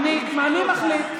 אינו נוכח אחמד טיבי,